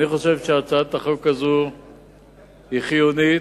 אני חושב שהצעת החוק הזאת היא חיונית,